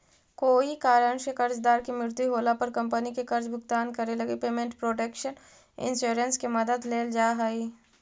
कोई कारण से कर्जदार के मृत्यु होला पर कंपनी के कर्ज भुगतान करे लगी पेमेंट प्रोटक्शन इंश्योरेंस के मदद लेल जा हइ